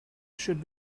should